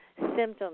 symptoms